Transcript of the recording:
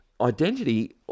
identity